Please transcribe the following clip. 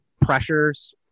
pressures